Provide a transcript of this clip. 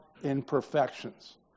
imperfections